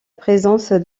présence